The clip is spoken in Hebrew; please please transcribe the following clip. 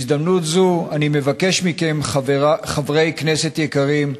תודה, חבר הכנסת טיבי.